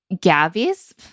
Gabby's